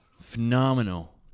phenomenal